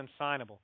unsignable